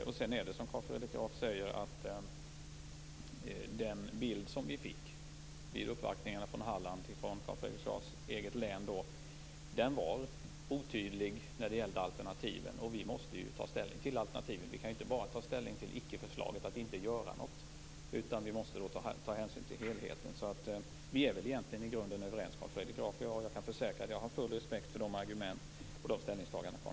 Som Carl Fredrik Graf säger var den bild vi fick vid uppvaktningarna från Halland, Carl Fredrik Grafs eget län, otydlig när det gällde alternativen. Och vi måste ju ta ställning till alternativen. Vi kan inte bara ta ställning till icke-förslaget att inte göra något, utan vi måste ta hänsyn till helheten. I grunden är vi nog egentligen överens, Carl Fredrik Graf och jag. Jag kan försäkra att jag har full respekt för Carl Fredrik Grafs argument och ställningstaganden.